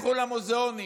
לכו למוזיאונים,